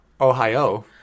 ohio